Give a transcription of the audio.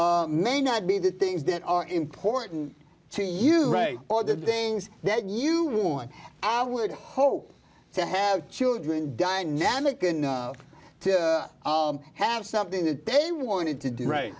may not be the things that are important to right or did things that you want our word hope to have children dynamic enough to have something that they wanted to do right